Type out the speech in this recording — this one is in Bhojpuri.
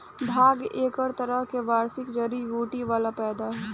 भांग एक तरह के वार्षिक जड़ी बूटी वाला पौधा ह